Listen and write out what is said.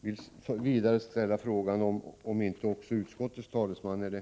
Är inte också utskottets talesman det?